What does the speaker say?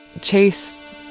Chase